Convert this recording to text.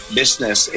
business